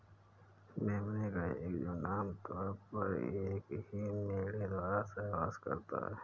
मेमने का एक झुंड आम तौर पर एक ही मेढ़े द्वारा सहवास करता है